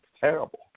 terrible